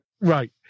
Right